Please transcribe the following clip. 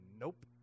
nope